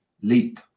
leap